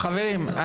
חברים,